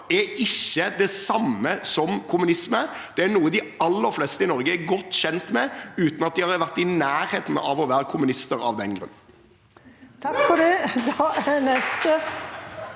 er det samme som kommunisme. Det er noe de aller fleste i Norge er godt kjent med – uten å ha vært i nærheten av å være kommunist av den grunn. (Latter i salen.)